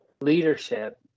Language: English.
leadership